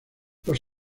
los